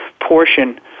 portion